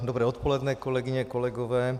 Dobré odpoledne, kolegyně, kolegové.